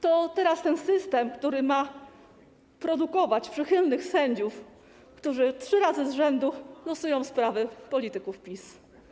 To teraz ten system, który ma produkować przychylnych sędziów, którzy trzy razy z rzędu losują sprawy polityków PiS.